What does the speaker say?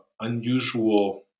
unusual